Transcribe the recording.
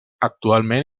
actualment